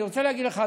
אני רוצה להגיד לך,